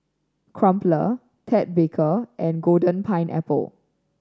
Crumpler Ted Baker and Golden Pineapple